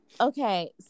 Okay